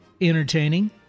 Entertaining